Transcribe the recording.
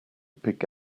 pick